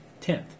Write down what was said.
tenth